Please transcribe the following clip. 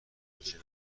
متوجه